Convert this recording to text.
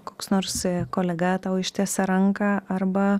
koks nors kolega tau ištiesė ranką arba